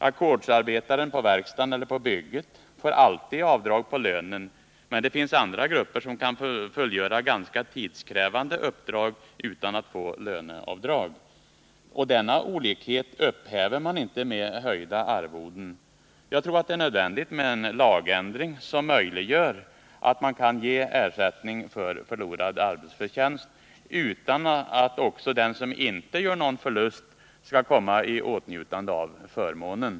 Ackordsarbetaren på verkstaden eller bygget får alltid avdrag på lönen, men det finns andra grupper som kan fullgöra ganska tidskrävande uppdrag utan att få löneavdrag. Denna olikhet upphäver man inte med höjda arvoden. Jag tror att det är nödvändigt med en lagändring som möjliggör att man kan ge ersättning för förlorad arbetsförtjänst utan att också den som inte gör någon förlust skall komma i åtnjutande av förmånen.